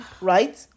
Right